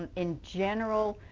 and in general,